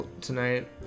tonight